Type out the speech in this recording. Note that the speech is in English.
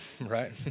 right